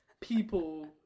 people